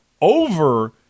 over